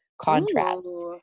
contrast